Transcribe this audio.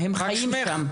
ביום-יום, הם חיים שם.